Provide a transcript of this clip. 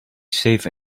safe